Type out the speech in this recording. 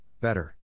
better